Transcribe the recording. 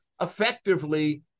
effectively